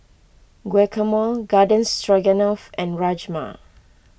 Guacamole Garden Stroganoff and Rajma